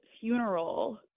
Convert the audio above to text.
funeral